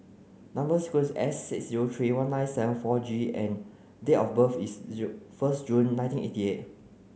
number sequence is S six zero three one nine seven four G and date of birth is zero first June nineteen eighty eight